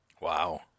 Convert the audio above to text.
Wow